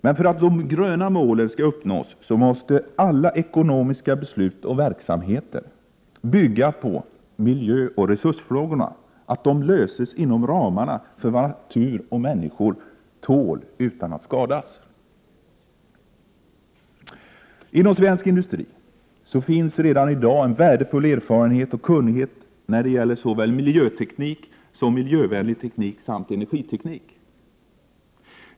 Men för att de gröna målen skall uppnås måste alla ekonomisk-politiska beslut och verksamheter bygga på att miljöoch resursfrågorna löses inom ramarna för vad natur och människor tål utan att skadas. Inom svensk industri finns redan i dag en värdefull erfarenhet och kunnighet när det gäller såväl miljöteknik som miljövänlig teknik samt energiteknik.